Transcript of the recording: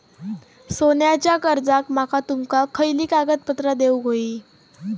सोन्याच्या कर्जाक माका तुमका खयली कागदपत्रा देऊक व्हयी?